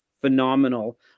phenomenal